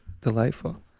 delightful